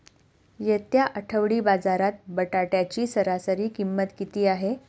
येत्या आठवडी बाजारात बटाट्याची सरासरी किंमत किती आहे?